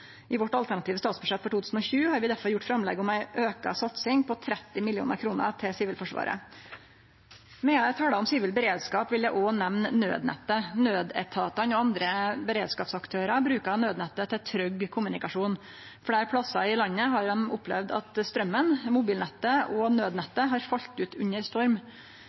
I vårt alternative statsbudsjett for 2020 har vi derfor gjort framlegg om ei auka satsing på 30 mill. kr til Sivilforsvaret. Medan eg talar om sivil beredskap, vil eg òg nemne naudnettet. Naudetatane og andre beredskapsaktørar bruker naudnettet til trygg kommunikasjon. Fleire plassar i landet har ein opplevd at straumen, mobilnettet og naudnettet har falle ut under storm.